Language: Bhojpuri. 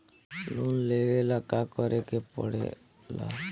लोन लेबे ला का करे के पड़े ला?